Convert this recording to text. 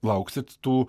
lauksit tų